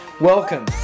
Welcome